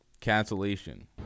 Cancellation